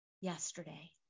yesterday